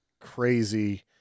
crazy